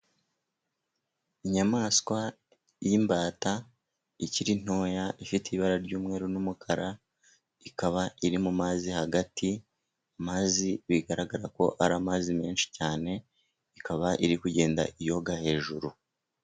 Inyamaswa y'imbata ikiri ntoya, ifite ibara ry'umweru n'umukara, ikaba iri mu mazi hagati, amazi bigaragara ko ari amazi menshi cyane, ikaba iri kugenda yoga hejuru.